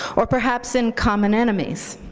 or perhaps in common enemies,